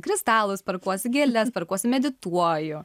kristalus perkuosi gėles perkuosi medituoju